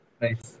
Nice